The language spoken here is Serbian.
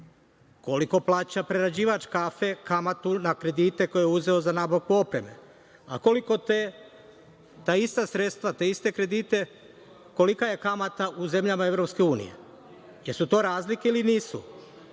Koliko plaća prerađivač kafe kamatu na kredite koje je uzeo za nabavku opreme? Koliko ta ista sredstva, te iste kredite, kolika je kamata u zemljama EU? Jesu to razlike ili